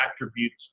attributes